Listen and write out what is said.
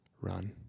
Run